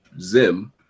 Zim